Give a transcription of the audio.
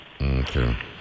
Okay